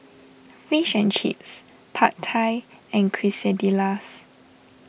Fish and Chips Pad Thai and Quesadillas